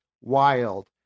wild